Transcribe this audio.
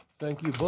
thank you